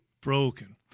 broken